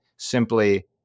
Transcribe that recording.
Simply